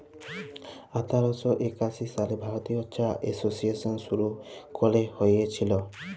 আঠার শ একাশি সালে ভারতীয় চা এসোসিয়েশল শুরু ক্যরা হঁইয়েছিল